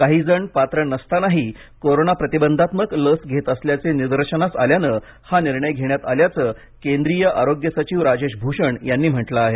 काही जण पात्र नसतानाही कोरोना प्रतिबंधात्मक लस घेत असल्याचे निर्दशनास आल्याने हा निर्णय घेतला असल्याच केंद्रीय आरोग्य सचिव राजेश भूषण यांनी म्हटलं आहे